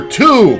two